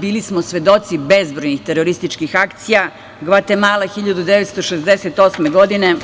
Bili smo svedoci bezbroj terorističkih akcija - Gvatemala 1968. godine,